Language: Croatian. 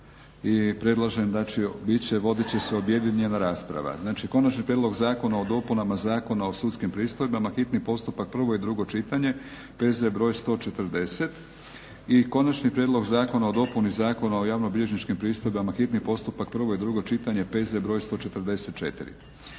I predlažem znači bit će, vodit će se objedinjena rasprava. Znači, - Konačni prijedlog Zakona o dopunama Zakona o sudskim pristojbama, hitni postupak, prvo i drugo čitanje, P.Z. br. 140. - Konačni prijedlog Zakona o dopuni Zakona o javnobilježničkim pristojbama, hitni postupak, prvo i drugo čitanje, P.Z. br. 144.